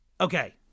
okay